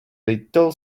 little